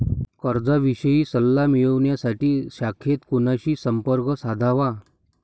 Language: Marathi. कर्जाविषयी सल्ला मिळवण्यासाठी शाखेत कोणाशी संपर्क साधावा?